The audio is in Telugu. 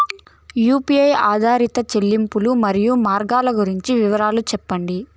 యు.పి.ఐ ఆధారిత చెల్లింపులు, మరియు మార్గాలు గురించి వివరాలు సెప్పండి?